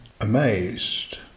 amazed